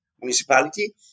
municipality